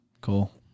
cool